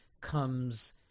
comes